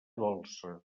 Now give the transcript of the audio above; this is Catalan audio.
dolça